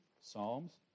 Psalms